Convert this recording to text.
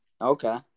Okay